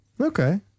Okay